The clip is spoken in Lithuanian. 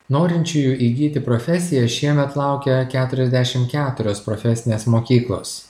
norinčiųjų įgyti profesiją šiemet laukia keturiasdešim keturios profesinės mokyklos